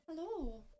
Hello